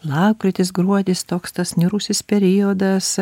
lapkritis gruodis toks tas niūrusis periodas